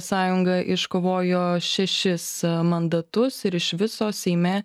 sąjunga iškovojo šešis mandatus ir iš viso seime